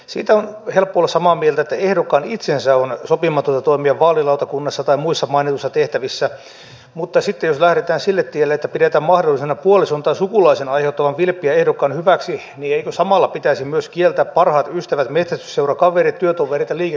siitä on helppo olla samaa mieltä että ehdokkaan itsensä on sopimatonta toimia vaalilautakunnassa tai muissa mainituissa tehtävissä mutta sitten jos lähdetään sille tielle että pidetään mahdollisena puolison tai sukulaisen aiheuttamaa vilppiä ehdokkaan hyväksi niin eikö samalla pitäisi kieltää myös parhaat ystävät metsästysseurakaverit työtoverit ja liikekumppanit